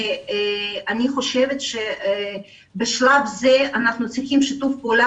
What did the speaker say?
אני חושבת שבשלב זה אנחנו צריכים שיתוף פעולה